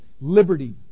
liberty